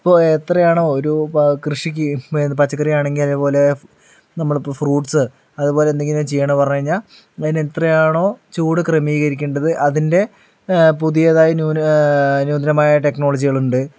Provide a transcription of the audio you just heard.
ഇപ്പോൾ എത്രയാണോ ഒരു കൃഷിക്ക് പച്ചക്കറി ആണെങ്കിൽ അതേ പോലെ നമ്മളിപ്പോൾ ഫ്രൂട്സ് അതുപോലേ എന്തെങ്കിലും ചെയ്യണമെന്ന് പറഞ്ഞു കഴിഞ്ഞാൽ അതിന് എത്രയാണോ ചൂട് ക്രമീകരിക്കേണ്ടത് അതിൻറ്റെ പുതിയതായി ന്യൂന നൂതനമായ ടെക്നോളജികളുണ്ട്